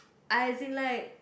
I as in like